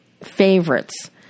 favorites